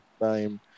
time